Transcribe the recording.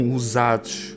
usados